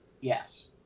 Yes